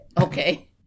Okay